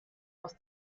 aus